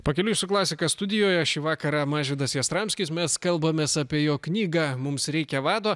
pakeliui su klasika studijoje šį vakarą mažvydas jastramskis mes kalbamės apie jo knygą mums reikia vado